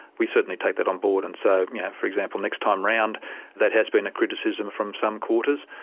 we certainly take that on board, and so yeah for example, next time round that has been a criticism from some quarters,